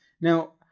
Now